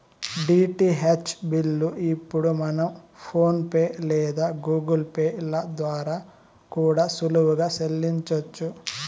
DTH bill ఇప్పుడు మనం PhonePe లేదా గూగుల్ పే ల ద్వారా కూడా సులువుగా సెల్లించొచ్చు